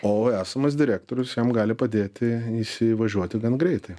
o esamas direktorius jam gali padėti įsivažiuoti gan greitai